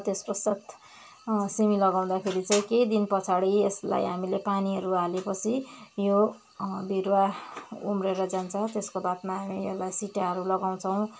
त्यसपश्चात सिमी लगाउँदाखेरि चाहिँ केही दिन पछाडि यसलाई हामीले पानीहरू हालेपसि यो बिरुवा उम्रेर जान्छ तेसको बादमा हामी एल्लाई सिटाहरू लगाउछौँ